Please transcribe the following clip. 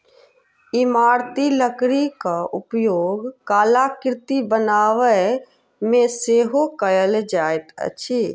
इमारती लकड़ीक उपयोग कलाकृति बनाबयमे सेहो कयल जाइत अछि